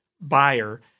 buyer